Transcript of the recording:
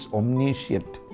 omniscient